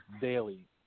daily